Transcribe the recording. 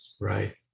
right